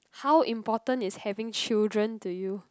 how important is having children to you